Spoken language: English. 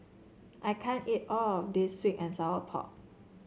I can't eat all of this sweet and Sour Pork